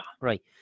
Right